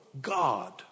God